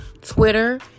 Twitter